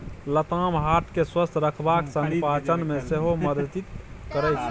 लताम हार्ट केँ स्वस्थ रखबाक संग पाचन मे सेहो मदति करय छै